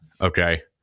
Okay